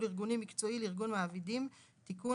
ארגוני-מקצועי לארגון מעבידים)(תיקון),